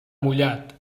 mullat